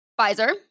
Pfizer